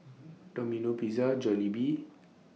Domino Pizza Jollibee